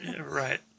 Right